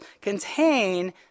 contain